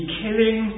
killing